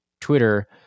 Twitter